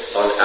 on